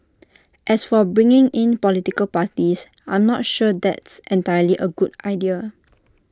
as for bringing in political parties I'm not sure that's entirely A good idea